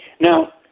Now